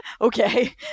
Okay